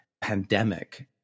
pandemic